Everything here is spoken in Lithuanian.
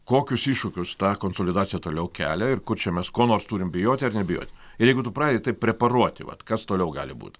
kokius iššūkius ta konsolidacija toliau kelia ir kur čia mes ko nors turim bijot ar nebijot ir jeigu tu pradedi taip preparuoti vat kas toliau gali būt